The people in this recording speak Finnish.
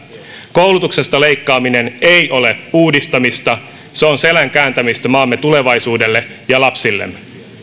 koulutuksesta leikkaaminen ei ole uudistamista se on selän kääntämistä maamme tulevaisuudelle ja lapsillemme